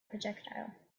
projectile